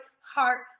heart